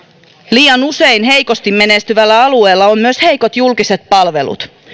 liian usein heikosti menestyvällä alueella on myös heikot julkiset palvelut